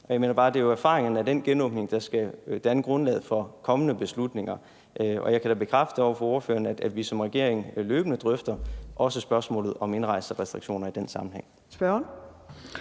Og jeg mener bare, at det jo er erfaringerne med den genåbning, der skal danne grundlaget for kommende beslutninger, og jeg kan da bekræfte over for ordføreren, at vi som regering løbende også drøfter spørgsmålet om indrejserestriktioner i den sammenhæng.